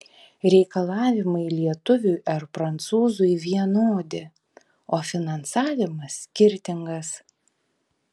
reikalavimai lietuviui ar prancūzui vienodi o finansavimas skirtingas